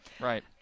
Right